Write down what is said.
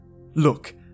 Look